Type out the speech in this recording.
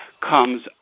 comes